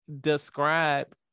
describe